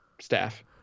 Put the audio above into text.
staff